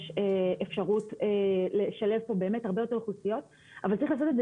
יש אפשרות לשלב פה באמת הרבה יותר אוכלוסיות אבל צריך לעשות את זה